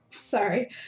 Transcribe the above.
sorry